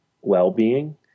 well-being